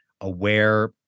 aware